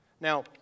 Now